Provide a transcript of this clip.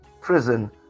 prison